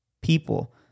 people